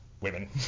women